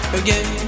again